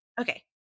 Okay